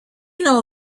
know